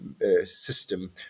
system